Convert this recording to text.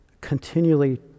continually